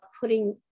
putting